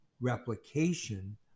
replication